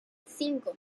cinco